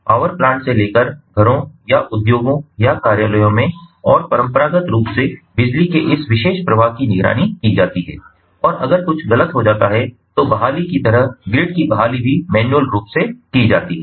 power plant से लेकर घरों या उद्योगों या कार्यालयों में और परंपरागत रूप से बिजली के इस विशेष प्रवाह की निगरानी की जाती है और अगर कुछ गलत हो जाता है तो बहाली की तरह ग्रिड की बहाली भी मैन्युअल रूप से की जाती है